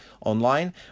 online